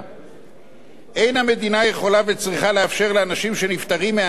אין המדינה יכולה וצריכה לאפשר לאנשים שנפטרים מהנטל להיות